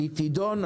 היא תידון.